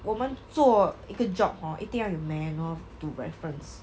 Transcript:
我们做一个 job hor 一定要有 manual to reference